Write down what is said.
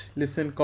listen